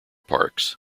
parks